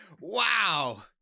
wow